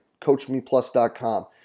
CoachMePlus.com